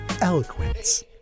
Eloquence